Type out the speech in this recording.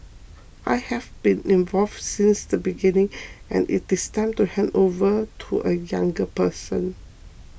I have been involved since the beginning and it is time to hand over to a younger person